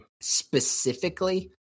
specifically